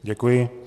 Děkuji.